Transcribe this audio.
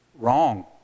Wrong